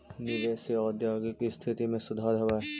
निवेश से औद्योगिक स्थिति में सुधार होवऽ हई